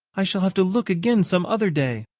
i shall have to look again some other day.